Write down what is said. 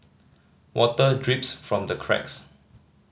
water drips from the cracks